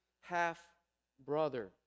half-brother